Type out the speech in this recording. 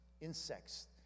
insects